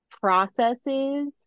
processes